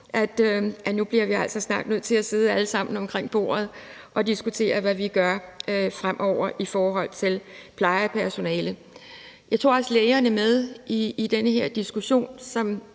at nu bliver vi altså snart nødt til at sidde alle sammen omkring bordet og diskutere, hvad vi gør fremover i forhold til plejepersonale. Kl. 20:27 Jeg tog også lægerne med i den her diskussion,